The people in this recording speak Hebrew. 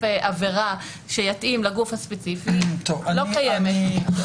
עבירה שיתאים לגוף הספציפי לא קיימת.